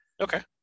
Okay